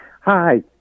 Hi